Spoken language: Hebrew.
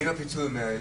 ואם הפיצוי הוא 100,000?